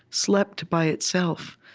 slept by itself,